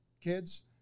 kids